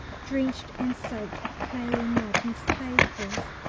drenched and soaked with clayey mud in spadefuls,